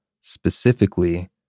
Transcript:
Specifically